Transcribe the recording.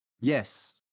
Yes